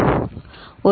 Serialin Shift'